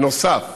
בנוסף,